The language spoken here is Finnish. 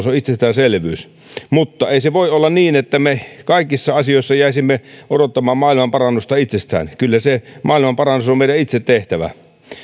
se on itsestäänselvyys mutta ei voi olla niin että me kaikissa asioissa jäisimme odottamaan maailmanparannusta itsestään kyllä se maailmanparannus on meidän itse tehtävä